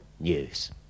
News